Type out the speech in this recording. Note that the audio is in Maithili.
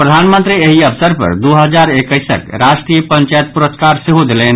प्रधानमंत्री एहि अवसर पर द् हजार एक्कैसक राष्ट्रीय पंचायत पुरस्कार सेहो देलनि